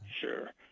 Sure